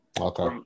Okay